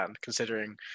Considering